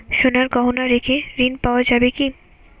সোনার গহনা রেখে ঋণ পাওয়া যাবে কি?